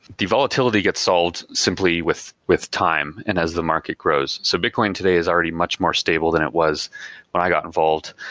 the volatility gets sold simply with with time and as the market grows. so bitcoin today is already much more stable than it was when i got involved.